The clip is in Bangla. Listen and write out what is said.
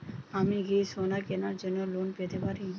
আমি কি সোনা কেনার জন্য লোন পেতে পারি?